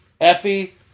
Effie